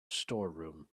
storeroom